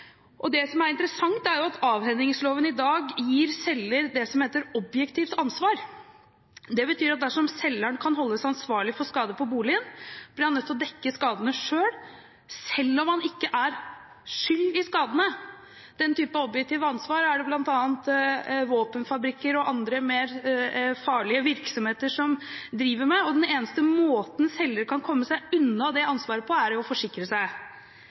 Det som er interessant, er at avhendingsloven i dag gir selger det som heter objektivt ansvar. Det betyr at dersom selgeren kan holdes ansvarlig for skader på boligen, blir han nødt til å dekke skadene selv, selv om han ikke er skyld i skadene. Den typen objektivt ansvar er det bl.a. våpenfabrikker og andre mer farlige virksomheter som driver med, og den eneste måten selger kan komme seg unna det ansvaret på, er å forsikre seg,